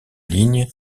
ligne